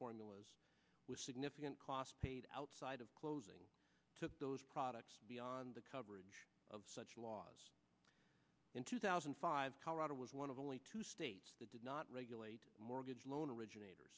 formulas with significant cost paid outside of closing took those products beyond the coverage of such laws in two thousand and five colorado was one of only two states that did not regulate mortgage loan originator